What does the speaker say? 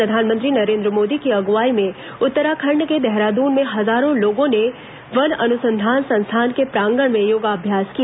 प्रधानमंत्री नरेंद्र मोदी की अगुवाई में उत्तराखंड के देहरादून में हजारों लोगों ने वन अनुसंधान संस्थान के प्रांगण में योगाभ्यास किया